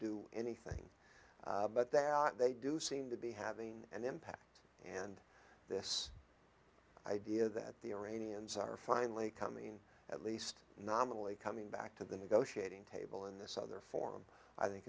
do anything but that they do seem to be having an impact and this idea that the iranians are finally coming in at least nominally coming back to the negotiating table in this other forum i think